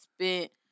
spent